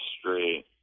straight